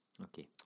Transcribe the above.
Okay